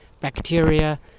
bacteria